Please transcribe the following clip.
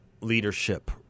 leadership